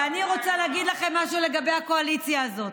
ואני רוצה להגיד לכם משהו לגבי הקואליציה הזאת: